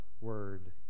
word